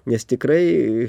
nes tikrai